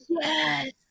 Yes